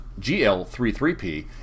gl33p